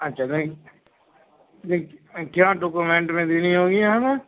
اچھا میں کیا ڈاکومنٹ میں دینی ہوگی ہمیں